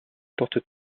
portent